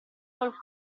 col